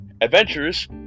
adventures